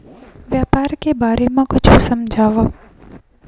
व्यापार के बारे म कुछु समझाव?